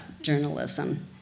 journalism